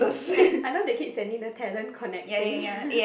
I I know they keep sending the talent connecting